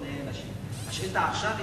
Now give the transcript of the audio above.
האחרונות